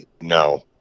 no